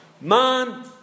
Man